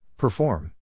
Perform